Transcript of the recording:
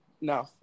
No